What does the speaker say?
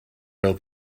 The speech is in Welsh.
fel